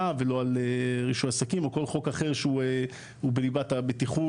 ולא על שום חוק אחר שהוא בליבת הבטיחות,